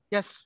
Yes